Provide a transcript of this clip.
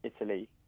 Italy